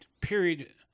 period